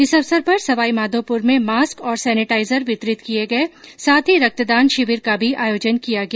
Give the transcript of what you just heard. इस अवसर पर सवाईमाघोपुर में मास्क और सैनेटाइजर वितरित किये गये साथ ही रक्तदान शिविर का भी आयोजन किया गया